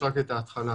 תוכנית התעסוקה?